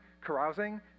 carousing